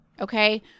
okay